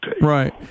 Right